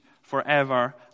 forever